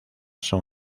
son